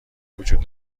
وجود